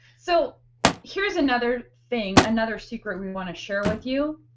so here is another thing. another secret we want to share with you.